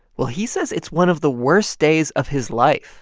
well, he says it's one of the worst days of his life,